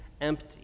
empty